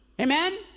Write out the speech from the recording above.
amen